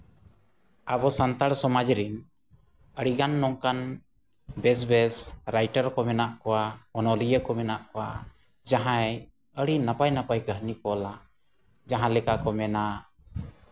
ᱟᱵᱚ ᱥᱟᱱᱛᱟᱲ ᱥᱚᱢᱟᱡᱽ ᱨᱤᱱ ᱟᱹᱰᱤᱜᱟᱱ ᱱᱚᱝᱠᱟᱱ ᱵᱮᱥ ᱵᱮᱥ ᱨᱟᱭᱴᱟᱨ ᱠᱚ ᱢᱮᱱᱟᱜ ᱠᱚᱣᱟ ᱚᱱᱚᱞᱤᱭᱟᱹ ᱠᱚ ᱢᱮᱱᱟᱜ ᱠᱚᱣᱟ ᱡᱟᱦᱟᱸᱭ ᱟᱹᱰᱤ ᱱᱟᱯᱟᱭ ᱱᱟᱯᱟᱭ ᱠᱟᱹᱦᱱᱤ ᱠᱚ ᱚᱞᱟ ᱡᱟᱦᱟᱸ ᱞᱮᱠᱟ ᱠᱚ ᱢᱮᱱᱟ